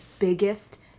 biggest